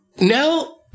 No